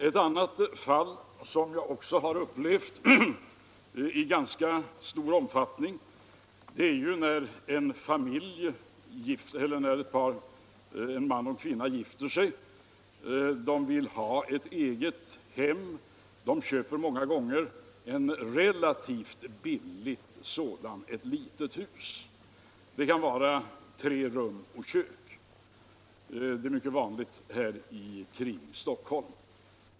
Ett annat fall som jag också har mött i ganska stor omfattning är då en man och en kvinna gifter sig. De vill ha ett eget hem, och de köper många gånger ett relativt billigt och litet hus. Det kan vara tre rum och kök — det är mycket vanligt här kring Stockholm.